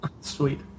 Sweet